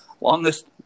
longest